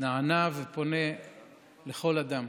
נענה ופונה לכל אדם,